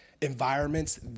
environments